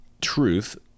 truth